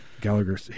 Gallagher